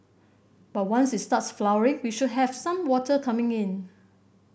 but once it starts flowering we should have some water coming in